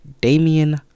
Damian